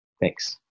Thanks